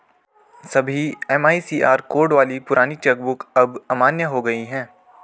सभी MICR code वाली पुरानी चेक बुक अब अमान्य हो गयी है